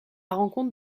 rencontre